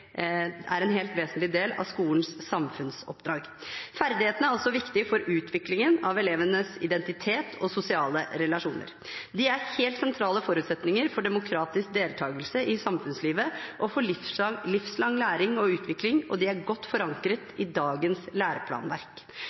del av skolens samfunnsoppdrag. Ferdighetene er også viktige for utviklingen av elevenes identitet og sosiale relasjoner. De er helt sentrale forutsetninger for demokratisk deltakelse i samfunnslivet og for livslang læring og utvikling, og de er godt forankret i dagens læreplanverk.